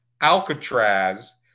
Alcatraz